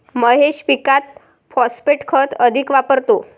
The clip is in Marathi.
महेश पीकात फॉस्फेट खत अधिक वापरतो